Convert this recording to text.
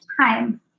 time